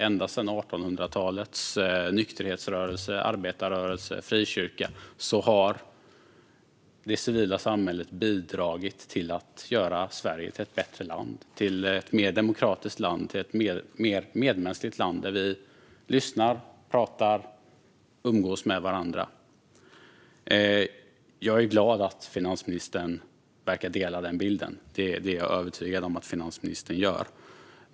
Ända sedan 1800-talets nykterhetsrörelse, arbetarrörelse och frikyrka har det civila samhället bidragit till att göra Sverige till ett bättre, mer demokratiskt och medmänskligt land där vi lyssnar på, pratar och umgås med varandra. Jag är glad att finansministern verkar dela den bilden; det är jag övertygad om att hon gör.